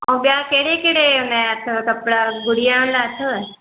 ऐं ॿिया कहिड़े कहिड़े उनजा अथव कपिड़ा गुड़िया लाइ अथव